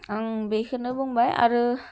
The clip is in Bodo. आं बेखौनो बुंबाय आरो